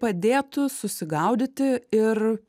padėtų susigaudyti ir